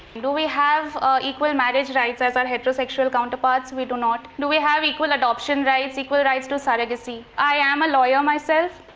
do we have equal marriage rights as our heterosexual counterparts? we do not do we have equal adoption rights? equal rights to surrogacy? i am a lawyer myself,